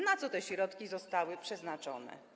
Na co te środki zostały przeznaczone?